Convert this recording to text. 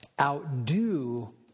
Outdo